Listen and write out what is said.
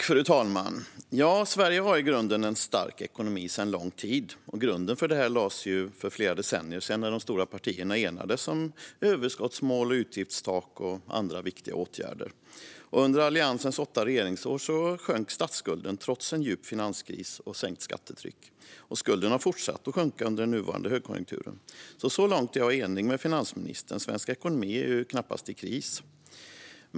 Fru talman! Sverige har i grunden en stark ekonomi sedan lång tid. Grunden lades för flera decennier sedan när de stora partierna enades om överskottsmål, utgiftstak och andra viktiga åtgärder. Under Alliansens åtta regeringsår sjönk statsskulden, trots en djup finanskris och sänkt skattetryck. Skulden har fortsatt att sjunka under den nuvarande högkonjunkturen. Så långt är jag helt enig med finansministern - svensk ekonomi är knappast i kris.